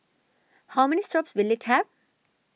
how many stops will it have